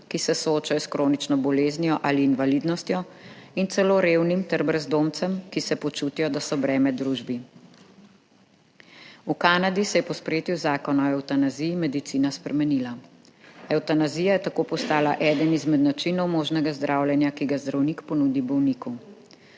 ki se soočajo s kronično boleznijo ali invalidnostjo in celo revnim ter brezdomcem, ki se počutijo, da so breme družbi. V Kanadi se je po sprejetju zakona o evtanaziji medicina spremenila. Evtanazija je tako postala eden izmed načinov možnega zdravljenja, ki ga zdravnik ponudi bolniku.